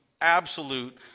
absolute